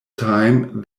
time